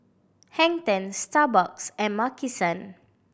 Hang Ten Starbucks and Maki San